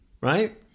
Right